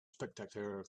spectator